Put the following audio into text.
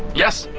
yes!